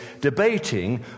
debating